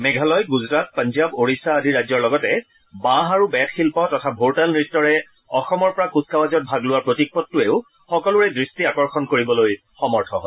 মেঘালয় গুজৰাট পাঞ্জাব ওড়িশা আদি ৰাজ্যৰ লগতে বাঁহ আৰু বেত শিল্প তথা ভোৰতাল নৃত্যৰে অসমৰ পৰা কূচকাজাৱত ভাগ লোৱা প্ৰতীকপটটোৱেও সকলোৰে দৃষ্টি আকৰ্ষণ কৰিবলৈ সমৰ্থ হয়